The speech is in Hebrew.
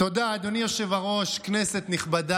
תתמודדי איתה בחוץ, חברת הכנסת סגמן.